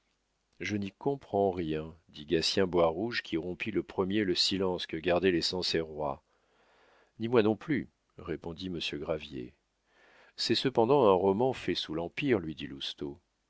je n'y comprends rien dit gatien boirouge qui rompit le premier le silence que gardaient les sancerrois ni moi non plus répondit monsieur gravier c'est cependant un roman fait sous l'empire lui dit